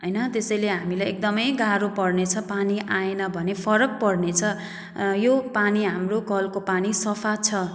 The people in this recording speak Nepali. हैन त्यसैले हामीलाई एकदमै गारो पर्ने छ पानी आएन भने फरक पर्नेछ यो पानी हाम्रो कलको पानी सफा छ